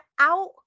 out